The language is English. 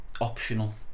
optional